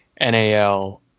NAL